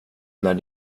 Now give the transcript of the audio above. när